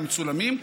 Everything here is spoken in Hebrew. המצולמים,